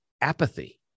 apathy